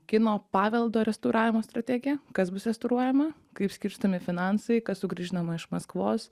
kino paveldo restauravimo strategija kas bus restauruojama kaip skirstomi finansai kas sugrąžinama iš maskvos